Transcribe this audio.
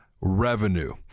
revenue